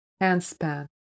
handspan